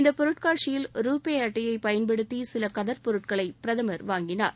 இந்த பொருட்காட்சியில் ருபே அட்டையை பயன்படுத்தி சில கதர் பொருட்களை பிரதமர் வாங்கினார்